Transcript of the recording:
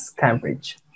Cambridge